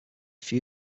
few